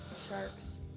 Sharks